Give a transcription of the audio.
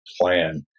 plan